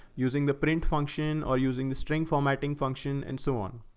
using the print function or using the string formatting function and so on.